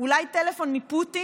אולי טלפון מפוטין,